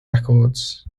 records